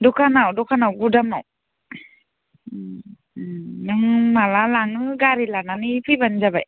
दखानाव दखानाव गुदामाव नों माब्ला लाङो गारि लानानै फैबानो जाबाय